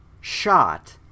shot